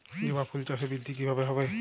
জবা ফুল চাষে বৃদ্ধি কিভাবে হবে?